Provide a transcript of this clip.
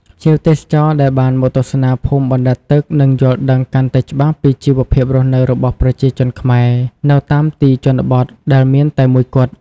ភ្ញៀវទេសចរណ៍ដែលបានមកទស្សនាភូមិបណ្ដែតទឹកនឹងយល់ដឹងកាន់តែច្បាស់ពីជីវភាពរស់នៅរបស់ប្រជាជនខ្មែរនៅតាមទីជនបទដែលមានតែមួយគត់។